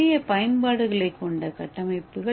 நிறைய பயன்பாடுகளைக் கொண்ட கட்டமைப்புகள்